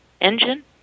engine